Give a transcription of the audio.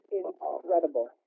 incredible